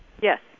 Yes